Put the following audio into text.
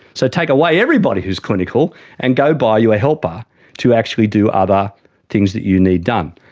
so take away everybody who's clinical and go buy you a helper to actually do other things that you need done.